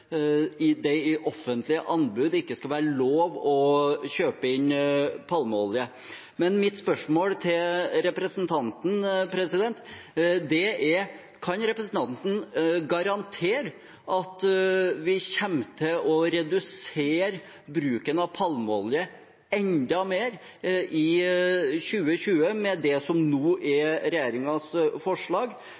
det i offentlige anbud ikke skal være lov å kjøpe inn palmeolje. Men mitt spørsmål til representanten er: Kan representanten garantere at vi kommer til å redusere bruken av palmeolje enda mer i 2020 med det som nå er regjeringens forslag,